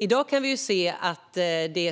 I dag kan vi se att